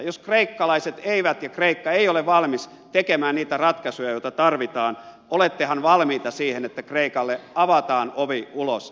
jos kreikka ei ole valmis tekemään niitä ratkaisuja joita tarvitaan olettehan valmiita siihen että kreikalle avataan ovi ulos eurosta